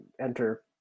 enter